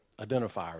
identifiers